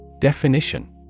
Definition